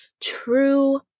true